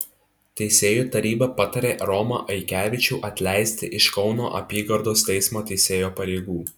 teisėjų taryba patarė romą aikevičių atleisti iš kauno apygardos teismo teisėjo pareigų